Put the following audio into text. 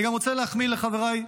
אני גם רוצה להחמיא לחבריי באופוזיציה,